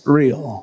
real